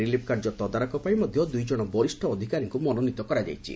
relief କାର୍ଯ୍ୟ ତଦାରଖ କରିବାପାଇଁ ମଧ୍ୟ ଦୁଇଜଣ ବରିଷ ଅଧିକାରୀଙ୍କୁ ମନୋନୀତ କରାଯାଇଛି